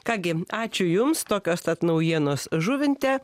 ką gi ačiū jums tokios tad naujienos žuvinte